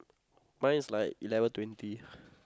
mine is like eleven twenty